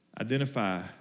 identify